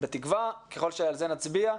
בתקווה וככל שעל זה נצביע,